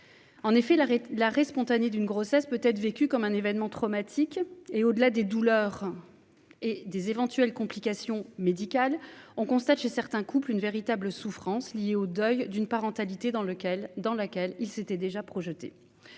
En effet, l'arrêt spontané d'une grossesse peut être vécu comme un événement traumatique. Au-delà des douleurs et des éventuelles complications médicales, on constate chez certains couples une véritable souffrance liée au deuil d'une parentalité dans laquelle ils s'étaient projetés.